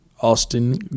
Austin